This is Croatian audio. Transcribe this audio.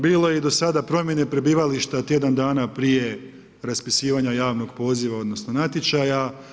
Bilo je i do sada promjene prebivališta tjedan dana prije raspisivanja javnog poziva, odnosno natječaja.